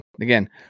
again